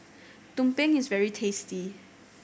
tumpeng is very tasty